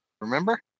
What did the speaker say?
Remember